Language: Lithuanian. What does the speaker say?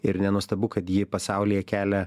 ir nenuostabu kad ji pasaulyje kelia